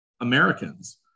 Americans